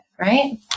right